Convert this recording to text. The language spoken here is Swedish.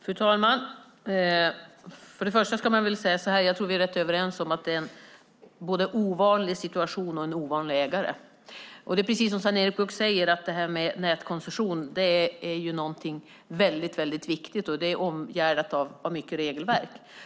Fru talman! För det första ska jag säga att jag tror att vi är rätt överens om att det här gäller både en ovanlig situation och en ovanlig ägare. Det är precis som Sven-Erik Bucht säger: Nätkoncession är något väldigt viktigt, och det är omgärdat av mycket regelverk.